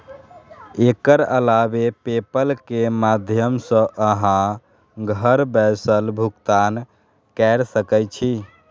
एकर अलावे पेपल के माध्यम सं अहां घर बैसल भुगतान कैर सकै छी